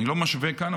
אני לא משווה כאן,